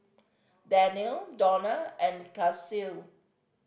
Danniel Donat and Kasie